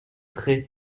très